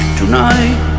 tonight